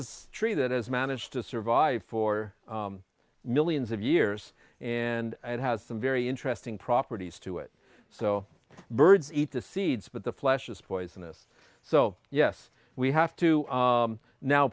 history that has managed to survive for millions of years and it has some very interesting properties to it so birds eat the seeds but the flesh is poisonous so yes we have to